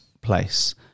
place